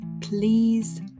please